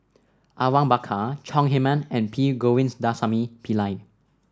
Awang Bakar Chong Heman and P Govindasamy Pillai